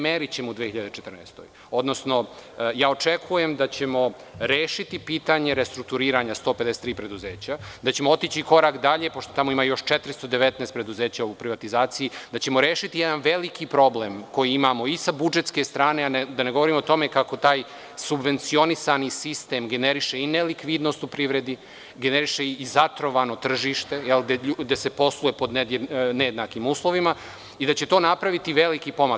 Merićemo to 2014. godine, odnosno očekujem da ćemo rešiti pitanje restrukturiranja 153 preduzeća, da ćemo otići korak dalje, pošto tamo ima još 419 u privatizaciji, da ćemo rešiti jedan veliki problem koji imamo i sa budžetske strane, a da ne govorim o tome kako taj subvencionisani sistem generiše i nelikvidnost u privredi, generiše zatrovano tržište gde se posluje pod nejednakim uslovima i da će to napraviti veliki pomak.